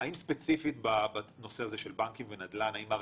האם ספציפית בנושא הזה של בנקים ונדל"ן מר